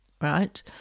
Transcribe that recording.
right